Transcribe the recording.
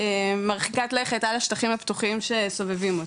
מרחיקת לכת על השטחים הפתוחים שסובבים אותו.